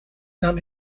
nahm